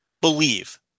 believe